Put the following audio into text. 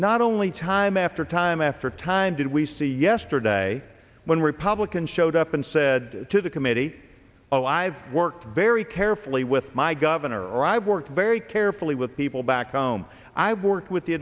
not only time after time after time did we see yesterday when republicans showed up and said to the committee oh i've worked very carefully with my governor i've worked very carefully with people back home i work with the